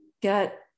get